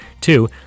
Two